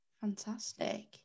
Fantastic